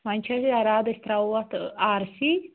وۄنۍ چھِ أسۍ یَرادٕ أسۍ ترٛاوو اَتھ آر سی